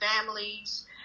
families